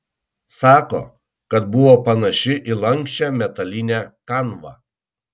sako kad buvo panaši į lanksčią metalinę kanvą